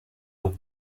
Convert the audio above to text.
aux